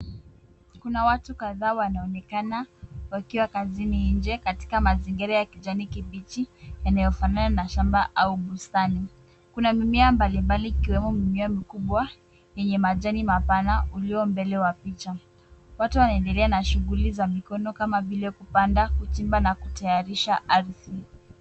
Kuna watu kadhaa wanaonekana wakiwa kazini nje katika mazingira ya kijani kibichi yanayofanana na shamba au bustani. Kuna mimea mbalimbali ikiwemo mimea mikubwa yenye majani mapana uliyo mbele ya picha. Watu wanaendelea na shughuli za mikono kama vile kupanda, kuchimba na kutayarisha ardhi.